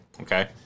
okay